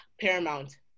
Paramount